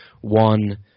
One